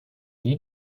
nie